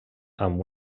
amb